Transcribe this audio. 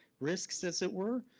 risks, as it were.